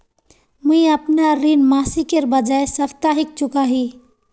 मुईअपना ऋण मासिकेर बजाय साप्ताहिक चुका ही